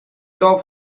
top